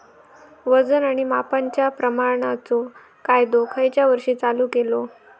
वजन आणि मापांच्या प्रमाणाचो कायदो खयच्या वर्षी चालू केलो?